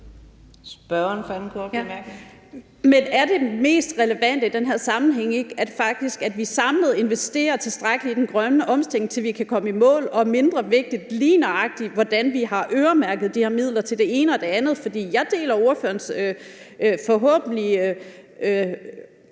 Kl. 12:16 Karin Liltorp (M): Men er det mest relevante i den her sammenhæng ikke, at vi faktisk samlet investerer tilstrækkeligt i den grønne omstilling, så vi kan komme i mål – og mindre vigtigt, lige nøjagtig hvordan vi har øremærket de her midler til det ene og det andet? Jeg deler ordførerens forhåbentlige